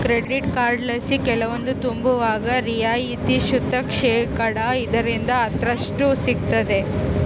credit ಕಾರ್ಡ್ಲಾಸಿ ಕೆಲವೊಂದು ತಾಂಬುವಾಗ ರಿಯಾಯಿತಿ ಸುತ ಶೇಕಡಾ ಐದರಿಂದ ಹತ್ತರಷ್ಟು ಸಿಗ್ತತೆ